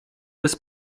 bez